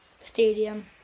Stadium